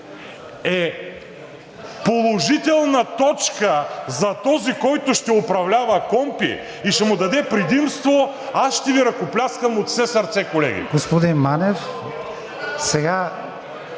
е положителна точка за този, който ще управлява КПКОНПИ и ще му даде предимство, аз ще Ви ръкопляскам от все сърце, колеги. (Шум и реплики